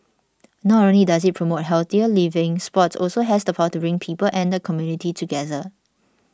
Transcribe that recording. not only does it promote healthier living sports also has the power to bring people and the community together